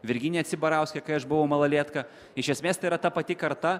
virginija cibarauskė kai aš buvau malalietka iš esmės tėra ta pati karta